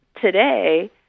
today